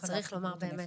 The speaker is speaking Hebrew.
אז צריך לומר באמת